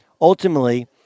Ultimately